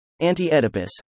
Anti-Oedipus